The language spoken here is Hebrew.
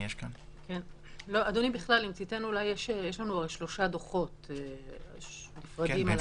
אדוני, יש לנו שלושה דוחות נפרדים.